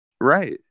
Right